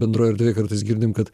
bendroj erdvėj kartais girdim kad